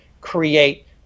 create